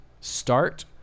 start